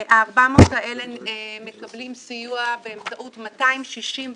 ה-400,000 האלה מקבלים סיוע באמצעות 265